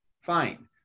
Fine